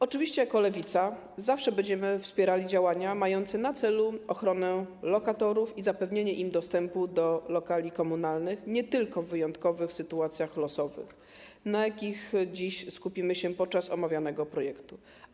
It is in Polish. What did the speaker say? Oczywiście jako Lewica zawsze będziemy wspierali działania mające na celu ochronę praw lokatorów i zapewnienie im dostępu do lokali komunalnych nie tylko w wyjątkowych sytuacjach losowych, na jakich dziś skupimy się w związku z omawianym projektem.